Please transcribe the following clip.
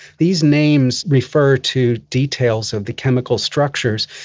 these names refer to details of the chemical structures,